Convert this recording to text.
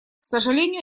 сожалению